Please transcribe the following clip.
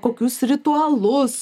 kokius ritualus